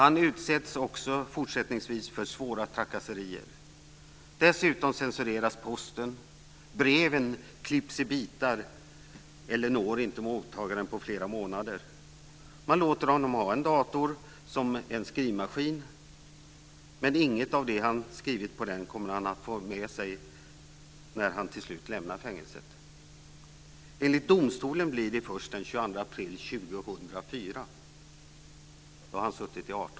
Han utsätts också fortsättningsvis för svåra trakasserier. Dessutom censureras posten. Breven klipps i bitar eller når inte mottagaren på flera månader. Man låter honom ha en dator som en skrivmaskin, men inget av det han har skrivit på den kommer han att få ta med sig när han till slut lämnar fängelset. Enligt domstolen blir det först den 22 april 2004.